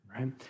right